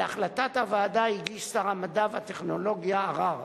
על החלטת הוועדה הגיש שר המדע והטכנולוגיה ערר.